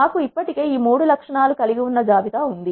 మాకు ఇప్పటికే మూడు లక్షణాలను కలిగి ఉన్న జాబితా ఉంది